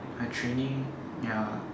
I training ya